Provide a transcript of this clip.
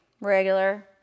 regular